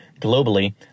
Globally